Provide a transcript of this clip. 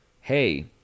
hey